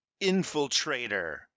infiltrator